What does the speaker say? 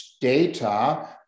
data